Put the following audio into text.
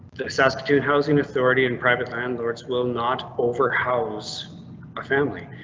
the saskatoon housing authority in private landlords will not over house ah family.